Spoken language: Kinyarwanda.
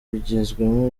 bigizwemo